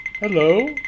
Hello